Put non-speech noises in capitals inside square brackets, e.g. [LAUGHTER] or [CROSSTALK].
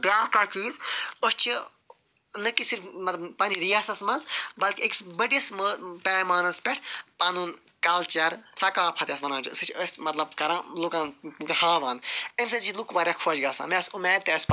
بیٛاکھ اَکھ چیٖز أسۍ چھِ نَہ کہِ صرف مطلب پننہِ ریاستَس منٛز بلکہِ اکِس بٔڑِس پیٚمانس پٮ۪ٹھ پنُن کلچر ثقافت یتھ ونان چھِ سُہ چھِ أسۍ مطلب کران لوٗکن ہاوان امہِ سۭتۍ چھِ لوٗکھ واریاہ خۄش گژھان مےٚ ہسا مےٚ [UNINTELLIGIBLE]